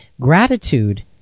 Gratitude